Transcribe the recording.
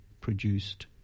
produced